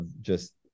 just-